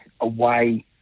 away